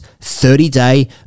30-day